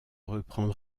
reprendre